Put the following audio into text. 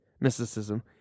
mysticism